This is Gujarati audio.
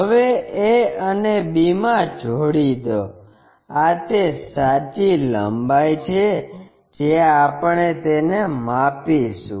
હવે a અને b માં જોડી દો આ તે સાચી લંબાઈ છે જે આપણે તેને માપીશું